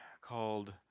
called